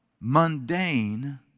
mundane